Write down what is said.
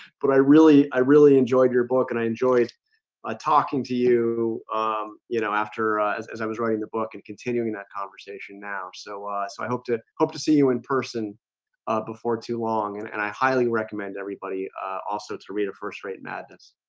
but i really i really enjoyed your book and i enjoyed ah talking to you you know after as as i was writing the book and continuing that conversation now so i so i hope to hope to see you in person before too long and and i highly recommend everybody also to read a first-rate madness.